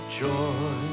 joy